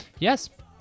Yes